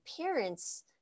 parents